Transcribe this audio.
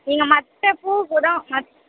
நீங்கள் மற்ற பூ கூட மத்